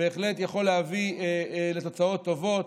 בהחלט יכול להביא לתוצאות טובות,